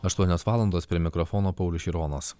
aštuonios valandos prie mikrofono paulius šironas